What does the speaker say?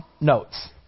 notes